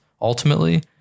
ultimately